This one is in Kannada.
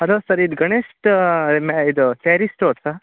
ಹಲೋ ಸರ್ ಇದು ಗಣೇಶ್ ಮ್ಯಾ ಇದು ಸ್ಯಾರಿ ಸ್ಟೋರ್ಸಾ